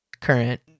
current